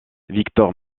victor